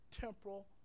temporal